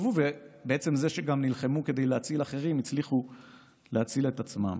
בעצם זה שהם נלחמו להציל אחרים הם גם הצליחו להציל את עצמם.